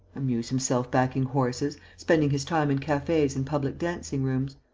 amuse himself backing horses, spending his time in cafes and public dancing-rooms.